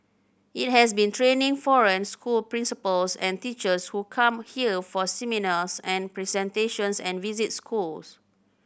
it has been training foreign school principals and teachers who come here for seminars and presentations and visit schools